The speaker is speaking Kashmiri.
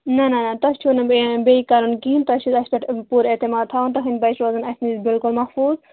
نہَ نہَ نہَ تۄہہِ چھُو نہٕ بیٚیہِ کَرُن تۄہہِ چھو اسہِ پیٚٹھ پوٗرٕ اعتِمَاد تَھاوُن تُہنٛدۍ بچہٕ روزَن اسہَ نِش بِلکُل محفوٗظ